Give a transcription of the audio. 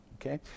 Okay